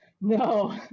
no